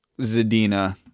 Zadina